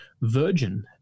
Virgin